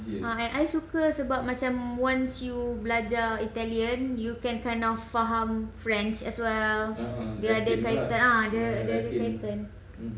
ah and I suka sebab macam once you belajar italian you can kind of faham french as well dia ada kaitan ah dia dia ada kaitan